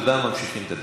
תודה, ממשיכים את הדיון.